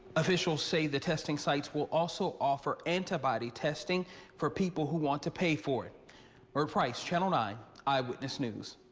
officials say the testing sites will also offer antibody testing for people who want to pay for it or price channel nine eyewitness news.